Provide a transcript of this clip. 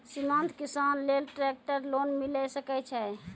सीमांत किसान लेल ट्रेक्टर लोन मिलै सकय छै?